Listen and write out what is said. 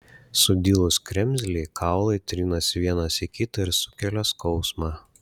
sudilus kremzlei kaulai trinasi vienas į kitą ir sukelia skausmą